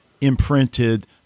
imprinted